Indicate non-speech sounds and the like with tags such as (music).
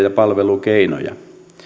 (unintelligible) ja palvelukeinoja